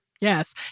Yes